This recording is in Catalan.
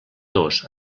dos